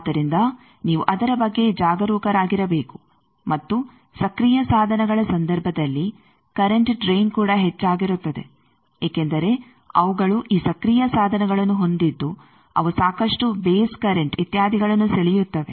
ಆದ್ದರಿಂದ ನೀವು ಅದರ ಬಗ್ಗೆ ಜಾಗರೂಕರಾಗಿರಬೇಕು ಮತ್ತು ಸಕ್ರಿಯ ಸಾಧನಗಳ ಸಂದರ್ಭದಲ್ಲಿ ಕರೆಂಟ್ ಡ್ರೈನ್ ಕೂಡ ಹೆಚ್ಚಾಗುತ್ತದೆ ಏಕೆಂದರೆ ಅವುಗಳು ಈ ಸಕ್ರಿಯ ಸಾಧನಗಳನ್ನು ಹೊಂದಿದ್ದು ಅವು ಸಾಕಷ್ಟು ಬೇಸ್ ಕರೆಂಟ್ ಇತ್ಯಾದಿಗಳನ್ನು ಸೆಳೆಯುತ್ತವೆ